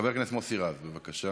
חבר הכנסת מוסי רז, בבקשה.